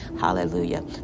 hallelujah